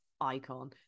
icon